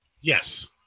Yes